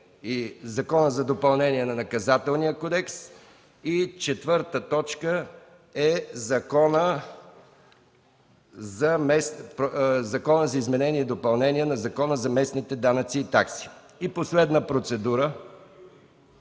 Закон за допълнение на Наказателния кодекс. 4. Закон за изменение и допълнение на Закона за местните данъци такси. Последна процедура